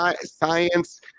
science